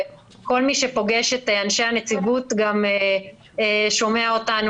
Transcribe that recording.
כל מי שפוגש את אנשי הנציבות שומע אותנו